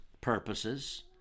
purposes